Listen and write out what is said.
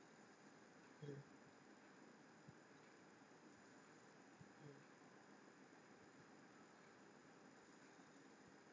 mm mm